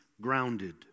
grounded